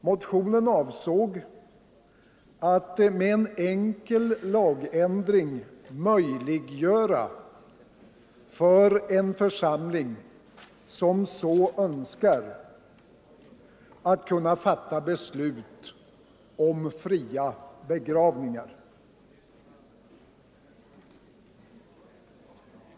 Motionens syfte är att med en enkel lagändring möjliggöra för församling, som så önskar, att fatta beslut om fria begravningar.